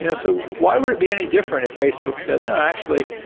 you know so why would it be any different if facebook said, no. actually,